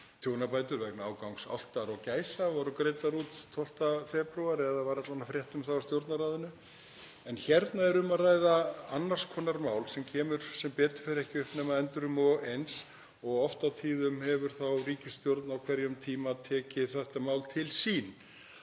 tjónabætur vegna ágangs álfta og gæsa voru greiddar út 12. febrúar, eða það var alla vega frétt um það úr Stjórnarráðinu, en hérna er um að ræða annars konar mál sem kemur sem betur fer ekki upp nema endrum og eins. Oft á tíðum hefur þá ríkisstjórn á hverjum tíma tekið þetta mál til sín.